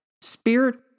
Spirit